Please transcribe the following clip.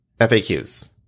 FAQs